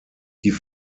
die